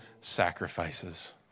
sacrifices